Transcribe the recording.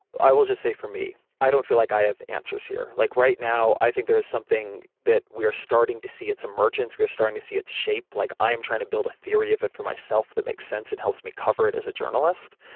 i will just say, for me, i don't feel like i have answer here. like right now i think there is something that we're starting to see it's emergence. we are starting to see its shape. like i am trying to build a theory of it for myself that makes sense. it helps me cover it as a journalist,